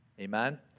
Amen